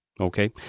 Okay